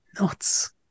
nuts